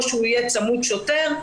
או שהפקח יהיה צמוד שוטר.